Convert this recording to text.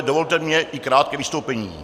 Dovolte mi i krátké vystoupení.